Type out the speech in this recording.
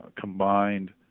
combined